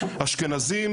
אשכנזים,